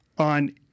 on